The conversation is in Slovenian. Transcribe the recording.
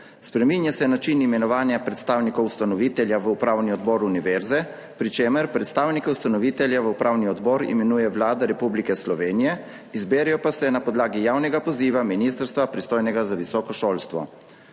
spreminja način imenovanja predstavnikov ustanovitelja v upravni odbor univerze, pri čemer predstavnike ustanovitelja v upravni odbor imenuje Vlada Republike Slovenije, izberejo pa se na podlagi javnega poziva ministrstva, pristojnega za visoko šolstvo.